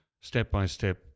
step-by-step